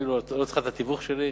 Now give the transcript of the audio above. את אפילו לא צריכה את התיווך שלי.